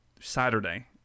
Saturday